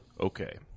Okay